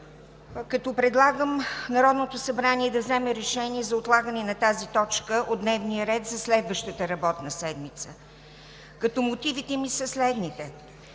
като предлагам Народното събрание да вземе решение за отлагане на тази точка от дневния ред за следващата работна седмица. Мотивите ми са следните: